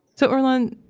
so, earlonne,